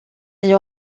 est